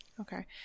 Okay